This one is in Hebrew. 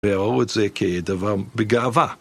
וראו את זה כדבר בגאווה.